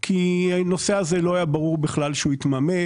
כי לא היה ברור בכלל שהנושא הזה יתממש.